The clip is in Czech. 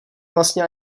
vlastně